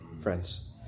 friends